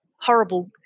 horrible